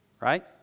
right